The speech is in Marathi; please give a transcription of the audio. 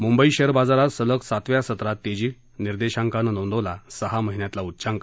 मुंबई शेअर बाजारात सलग सातव्या सत्रात तेजी निर्देशांकानं नोंदवला सहा महिन्यातला उच्चांक